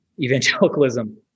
evangelicalism